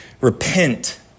repent